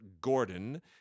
Gordon